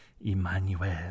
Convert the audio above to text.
Emmanuel